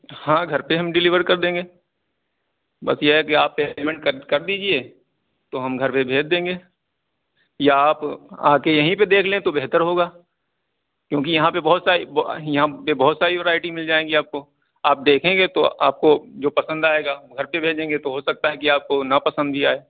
ہاں گھر پہ ہم ڈلیور کر دیں گے بس یہ ہے کہ آپ پیمنٹ کر کر دیجئے تو ہم گھر پہ بھیج دیں گے یا آپ آ کے یہیں پہ دیکھ لیں تو بہتر ہوگا کیونکہ یہاں پہ بہت سا بہت ساری ویرائٹی مل جائیں گی آپ کو آپ دیکھیں گے تو آپ کو جو پسند آئے گا گھر پہ بھیجیں گے تو ہو سکتا ہے کہ آپ کو ناپسند بھی آئے